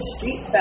Street